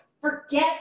forget